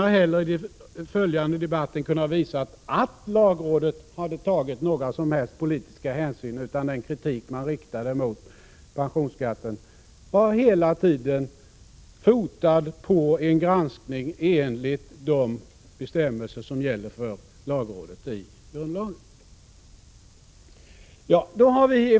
Inte heller i den följande debatten har någon kunnat visa att lagrådet hade tagit några som helst politiska hänsyn, utan den kritik som riktades mot pensionsskatten var hela tiden baserad på en granskning på grundval av de bestämmelser som enligt grundlagen gäller för lagrådet.